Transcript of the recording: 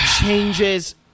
changes